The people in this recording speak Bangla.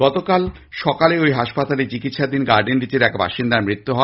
গতকাল সকালে ওই হাসপাতালে চিকিতসাধীন গার্ডেনরীচের এক বাসিন্দার মৃত্যু হয়